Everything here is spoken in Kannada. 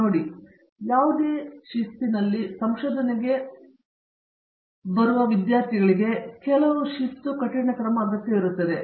ನೋಡಿ ಯಾವುದೇ ಶಿಸ್ತುಗಳಲ್ಲಿ ಸಂಶೋಧನೆಗೆ ಕೆಲವು ವಿಧದ ಶಿಸ್ತು ಅಗತ್ಯವಿರುತ್ತದೆ